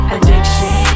Addiction